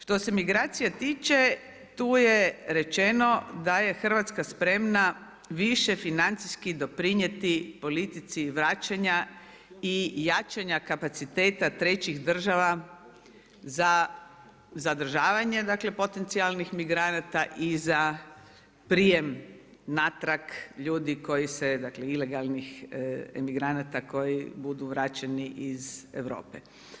Što se migracija tiče, tu je rečeno da je Hrvatska spremna više financijski doprinijeti politici vraćanja i jačanja kapaciteta trećih država za zadržavanje dakle potencijalnih migranata i za prijem natrag ljudi koji se dakle ilegalnih emigranata koji budu vraćeni iz Europe.